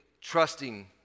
trusting